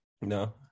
no